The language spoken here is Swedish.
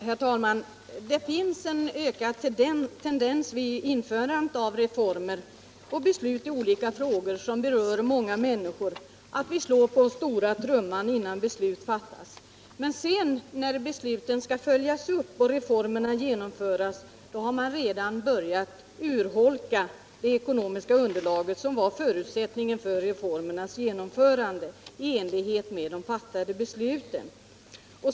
Herr talman! Det finns en ökad tendens vid införandet av reformer och genomförandet av beslut i olika frågor som berör många människor att vi slår på stora trumman innan besluten fattas. Men när beslutet skall följas upp och reformerna genomföras då har man redan börjat urholka det ekonomiska underlaget som var förutsättningen för reformernas genomförande i enlighet med de fattade besluten.